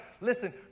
Listen